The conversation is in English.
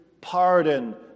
pardon